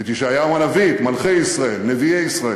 את ישעיהו הנביא, את מלכי ישראל, נביאי ישראל,